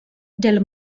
del